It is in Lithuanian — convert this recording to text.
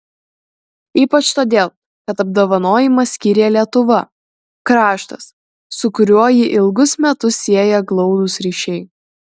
ypač todėl kad apdovanojimą skyrė lietuva kraštas su kuriuo jį ilgus metus sieja glaudūs ryšiai